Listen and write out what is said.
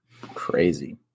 Crazy